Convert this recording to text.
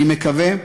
אני מקווה,